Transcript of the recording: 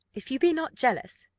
if you be not jealous.